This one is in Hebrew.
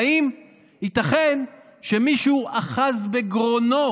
ואם ייתכן שמישהו אחז בגרונו